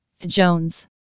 Jones